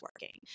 working